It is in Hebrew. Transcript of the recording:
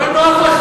לא נוח לך